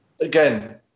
again